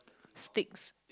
sticks